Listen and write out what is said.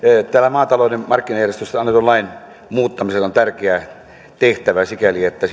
maatalouden markkinajärjestelystä annetun lain muuttamisella on tärkeä tehtävä sikäli että